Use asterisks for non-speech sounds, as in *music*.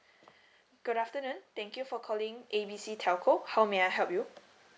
*breath* good afternoon thank you for calling A B C telco how may I help you